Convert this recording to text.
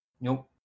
Nope